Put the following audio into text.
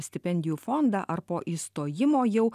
stipendijų fondą ar po įstojimo jau